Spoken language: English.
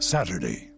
Saturday